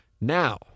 Now